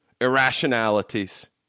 irrationalities